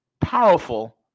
powerful